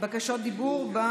בקשות דיבור.